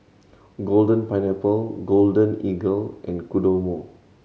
Golden Pineapple Golden Eagle and Kodomo